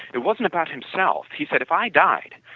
it wasn't about himself. he said if i died,